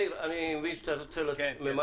מאיר, אני מבין שאתה ממהר.